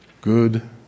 Good